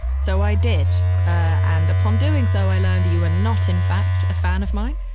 so i did. and upon doing so, i learned you are not, in fact, a fan of mine.